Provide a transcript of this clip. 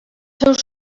seus